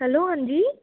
hello हांजी